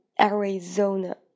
Arizona